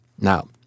Now